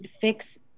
fix